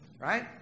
right